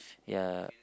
ya